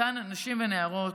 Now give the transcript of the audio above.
אותן נשים ונערות,